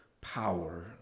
power